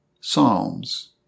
Psalms